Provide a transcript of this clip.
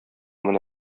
менә